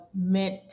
meant